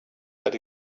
that